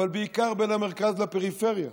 אבל בעיקר בין המרכז לפריפריה,